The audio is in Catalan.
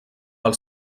pel